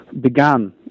began